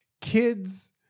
kids